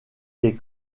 des